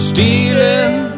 Stealing